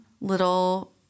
little